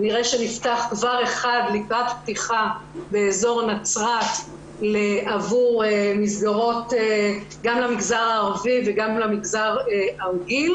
כנראה שנפתח אחד באזור נצרת עבור המגזר הערבי ועבור המגזר הרגיל.